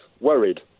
worried